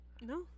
No